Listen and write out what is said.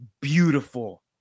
beautiful